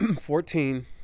Fourteen